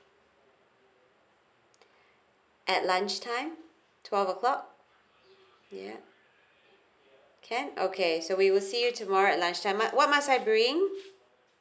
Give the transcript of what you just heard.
at lunch time twelve o'clock yeah can okay so we will see you tomorrow lunch time ah what must I bring